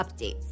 updates